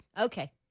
Okay